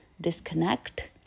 disconnect